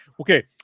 Okay